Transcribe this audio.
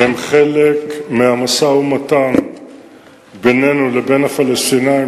חלק מהמשא-ומתן בינינו לבין הפלסטינים,